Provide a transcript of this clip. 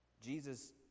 Jesus